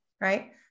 Right